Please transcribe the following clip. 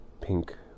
Pink